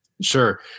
Sure